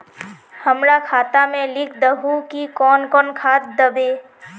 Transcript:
हमरा खाता में लिख दहु की कौन कौन खाद दबे?